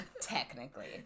technically